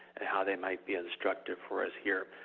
and how they might be instructive for us here.